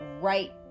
right